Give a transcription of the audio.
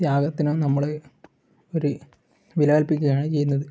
ത്യാഗത്തിനും നമ്മൾ ഒരു വിലകല്പിക്കുകയാണ് ചെയ്യുന്നത്